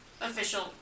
official